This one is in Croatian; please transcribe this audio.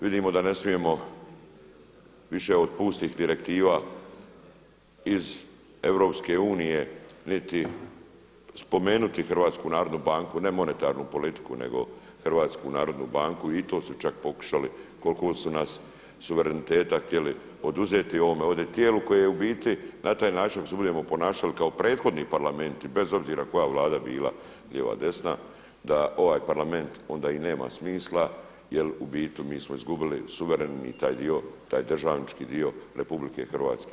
Vidimo da ne smijemo više od pustih direktiva iz EU niti spomenuti HNB, ne monetarnu politiku nego HNB i to su čak pokušali koliko su nas suvereniteta htjeli oduzeti ovome ovdje tijelu koje je u biti na taj način ako se budemo ponašali kao prethodni parlamenti bez obzira koja vlada bila, lijeva, desna, da ovaj Parlament onda i nema smisla jel u biti mi smo izgubili suverenu i taj dio taj državnički dio RH.